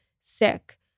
sick